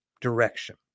direction